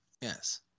Yes